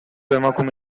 emakume